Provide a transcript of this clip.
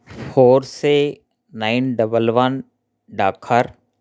హోర్ సే nine double one డాఖార్